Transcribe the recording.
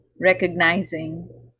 recognizing